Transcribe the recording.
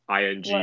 ing